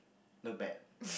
look bad